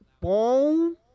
boom